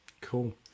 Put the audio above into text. Cool